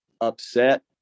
upset